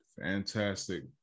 Fantastic